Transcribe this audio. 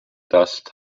dust